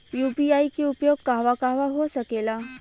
UPI के उपयोग कहवा कहवा हो सकेला?